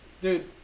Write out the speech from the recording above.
Dude